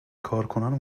کارکنان